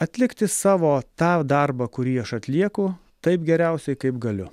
atlikti savo tą darbą kurį aš atlieku taip geriausiai kaip galiu